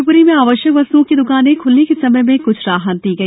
शिवपुरी में आवश्यक वस्त्ओं की द्कानें ख्लने के समय में क्छ राहत दी गई